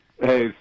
Hey